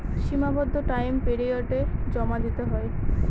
সীমাবদ্ধ টাইম পিরিয়ডে জমা দিতে হয়